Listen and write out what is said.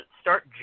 start